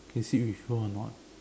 can sit with her or not